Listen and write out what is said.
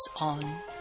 on